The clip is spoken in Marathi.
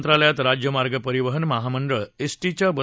मुंबईत मंत्रालयात राज्य मार्ग परिवहन महामंडळ एस